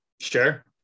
Sure